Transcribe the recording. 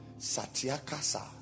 satyakasa